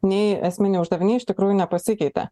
nei esminiai uždaviniai iš tikrųjų nepasikeitė